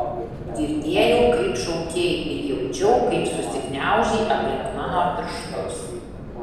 girdėjau kaip šaukei ir jaučiau kaip susigniaužei aplink mano pirštus